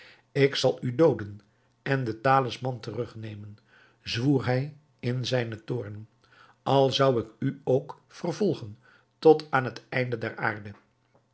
ik zal u dooden en den talisman terug nemen zwoer hij in zijnen toorn al zou ik u ook vervolgen tot aan het einde der aarde